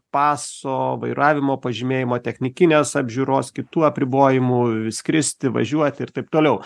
paso vairavimo pažymėjimo technikinės apžiūros kitų apribojimų skristi važiuoti ir taip toliau